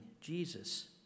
Jesus